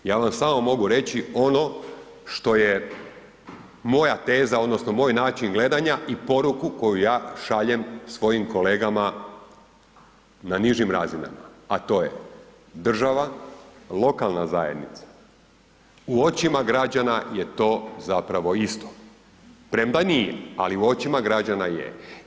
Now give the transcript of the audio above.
Ja vam samo mogu reći ono što je moja teza odnosno moj način gledanja i poruku koju ja šaljem svojim kolegama na nižim razinama a to je država, lokalna zajednica u očima građana je to zapravo isto premda nije ali u očima građana je.